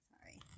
Sorry